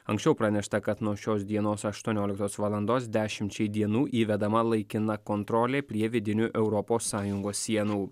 anksčiau pranešta kad nuo šios dienos aštuonioliktos valandos dešimčiai dienų įvedama laikina kontrolė prie vidinių europos sąjungos sienų